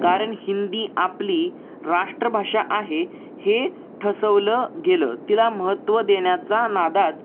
कारण हिंदी आपली राष्ट्रभाषा आहे हे ठसवलं गेलं तिला महत्त्व देण्याच्या नादात